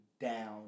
down